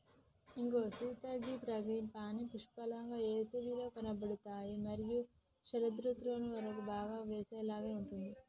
ఇగో సీత గీ ఫ్రాంగిపానీ పుష్పాలు ఏసవిలో కనబడుతాయి మరియు శరదృతువు వరకు బాగా పూసేలాగా ఉంటాయి